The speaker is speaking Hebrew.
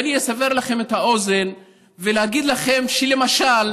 ואני אסבר את אוזנכם ואגיד לכם שלמשל